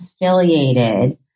affiliated